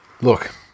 Look